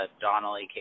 Donnelly